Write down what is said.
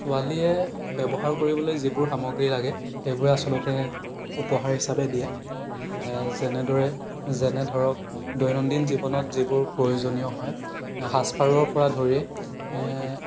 ছোৱালীয়ে ব্যৱহাৰ কৰিবলৈ যিবোৰ সামগ্ৰী লাগে সেইবোৰেই আচলতে উপহাৰ হিচাপে দিয়ে যেনেদৰে যেনে ধৰক দৈনন্দিন জীৱনত যিবোৰ প্ৰয়োজন হয় সাজপাৰৰ পৰা ধৰি